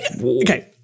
okay